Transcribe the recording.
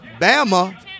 Bama